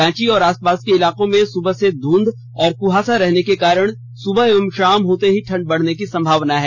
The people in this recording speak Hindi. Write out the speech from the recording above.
रांची और आसपास के इलाके में सुबह में धुंध और कुहासा रहने के कारण सुबह एवं शाम होते ही ठंड बढ़ने की संभावना है